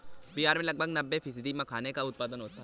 बिहार में लगभग नब्बे फ़ीसदी मखाने का उत्पादन होता है